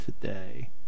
today